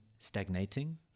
stagnating